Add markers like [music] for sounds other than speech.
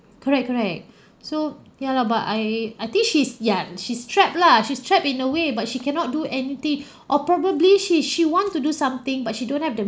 correct correct [breath] so ya lah but I I think she's ya she's trapped lah she's trapped in a way but she cannot do anything [breath] or probably she she want to do something but she don't have the